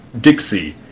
Dixie